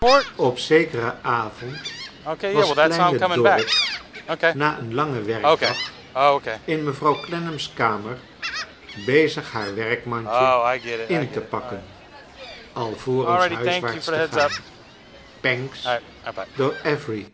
op zekeren avond was kleine dorrit na een langen werkdag in mevrouw clennam's kamer bezig haar werkmandje in te pakken alvorens huiswaarts te gaan pancks